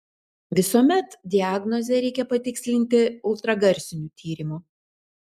visuomet diagnozę reikia patikslinti ultragarsiniu tyrimu